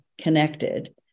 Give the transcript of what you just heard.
connected